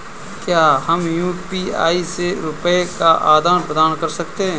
क्या हम यू.पी.आई से रुपये का आदान प्रदान कर सकते हैं?